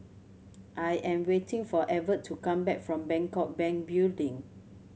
I am waiting for Evertt to come back from Bangkok Bank Building